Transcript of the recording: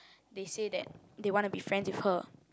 they say that they wanna be friends with her